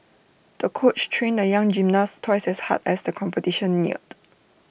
the coach trained the young gymnast twice as hard as the competition neared